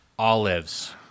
Olives